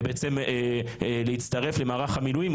ובעצם להצטרף למערך המילואים,